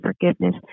forgiveness